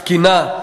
תקינה.